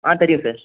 ஆ தெரியும் சார்